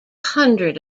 hundred